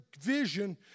vision